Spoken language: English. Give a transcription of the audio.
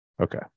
Okay